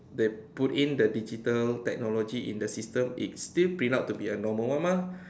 they put in the digital technology in the system it still print out to be a normal one mah